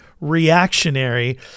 reactionary